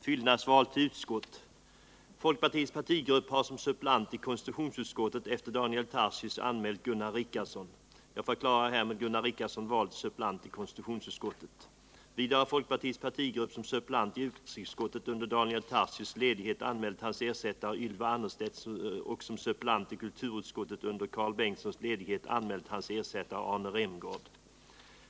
Folkpartiets partigrupp har som suppleant i konstitutionsutskottet efter Daniel Tarschys anmält Gunnar Richardson. Vidare har folkpartiets partigrupp som suppleant i utrikesutskottet under Daniel Tarschys ledighet anmält hans ersättare Ylva Annerstedt och som suppleant i kulturutskottet under Karl Bengtssons ledighet anmält hans ersättare Arne Remgård.